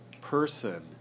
person